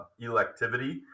electivity